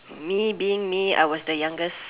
me being me I was the youngest